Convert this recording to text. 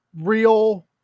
real